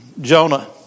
Jonah